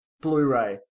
Blu-ray